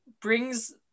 brings